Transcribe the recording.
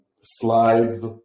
slides